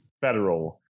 federal